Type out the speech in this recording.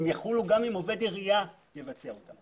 הם יחולו גם אם עובד עירייה יבצע אותם.